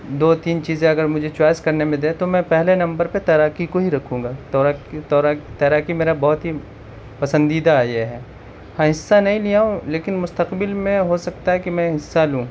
دو تین چیزیں اگر مجھے چوائز کرنے میں دے تو میں پہلے نمبر پہ تیراکی کو ہی رکھوں گا تیراکی میرا بہت ہی پسندیدہ ہے یہ ہے ہاں حصہ نہیں لیا ہوں لیکن مستقبل میں ہو سکتا ہے کہ میں حصہ لوں